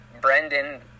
Brendan